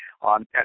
on